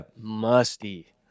musty